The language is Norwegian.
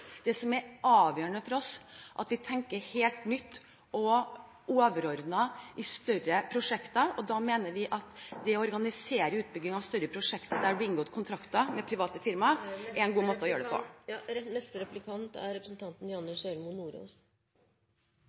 Det som er avgjørende for oss, er at vi tenker helt nytt og overordnet i større prosjekter, og da mener vi at det å organisere utbygging av større prosjekter, der det blir inngått kontrakter med private firmaer, er en god måte å gjøre det på.